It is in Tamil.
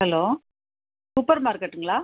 ஹலோ சூப்பர் மார்க்கெட்டுங்களா